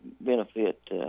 benefit